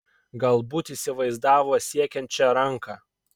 galbūt įsivaizdavo siekiančią ranką